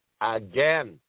again